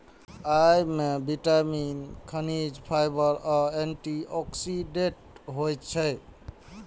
अय मे विटामिन, खनिज, फाइबर आ एंटी ऑक्सीडेंट होइ छै